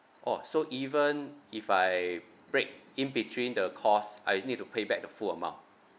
oh so even if I break in between the course I need to pay back the full amount